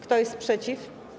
Kto jest przeciw?